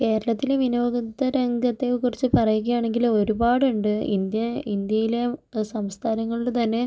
കേരളത്തിലെ വിനോദ രംഗത്തെ കുറിച്ച് പറയുകയാണെങ്കില് ഒരുപാട് ഉണ്ട് ഇന്ത്യ ഇന്ത്യയിലെ സംസ്ഥാനങ്ങളില് തന്നെ